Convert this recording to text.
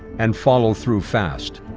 and follow through fast.